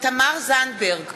תמר זנדברג,